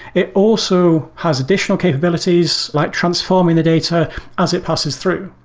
it also has additional capabilities, like transforming the data as it passes through.